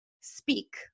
speak